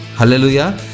Hallelujah